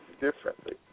differently